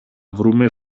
βρούμε